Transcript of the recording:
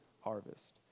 harvest